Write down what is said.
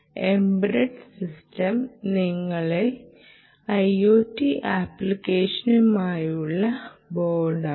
embedded system നിങ്ങളുടെ IOT ആപ്ലിക്കേഷനായുള്ള ബോർഡാണ്